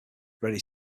ready